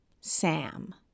Sam